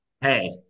Hey